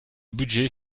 budget